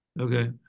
Okay